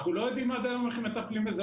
אנחנו לא יודעים עד היום איך מטפלים בזה,